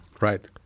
Right